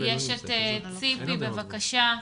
ציפי פינס, בבקשה.